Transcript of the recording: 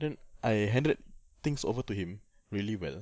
then I handed things over to him really well